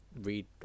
read